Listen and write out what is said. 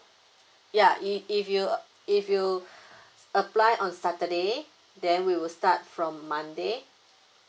ya i~ if you uh if you apply on saturday then we will start from monday